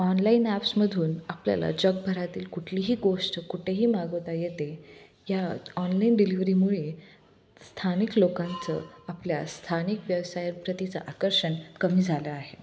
online ॲप्समधून आपल्याला जगभरातील कुठलीही गोष्ट कुठेही मागवता येते या ऑनलाईन डिलिवरीमुळे स्थानिक लोकांचं आपल्या स्थानिक व्यवसाय प्रतीचं आकर्षण कमी झालं आहे